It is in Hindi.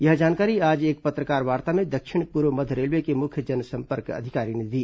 यह जानकारी आज एक पत्रकारवार्ता में दक्षिण पूर्व मध्य रेलवे के मुख्य जनसंपर्क अधिकारी ने दी